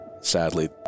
sadly